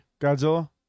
Godzilla